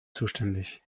zuständig